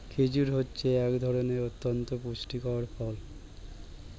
খেজুর হচ্ছে এক ধরনের অতন্ত পুষ্টিকর ফল